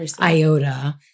iota